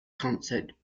concert